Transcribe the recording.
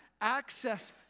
access